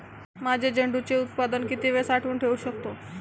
माझे झेंडूचे उत्पादन किती वेळ साठवून ठेवू शकतो?